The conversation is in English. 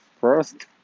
first